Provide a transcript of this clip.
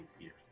years